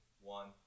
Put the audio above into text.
One